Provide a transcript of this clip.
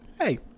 hey